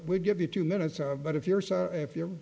we'll give you two minutes of but if you're if you